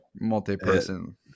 multi-person